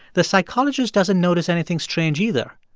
the psychologist doesn't notice anything strange either.